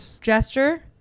gesture